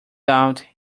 out